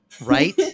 Right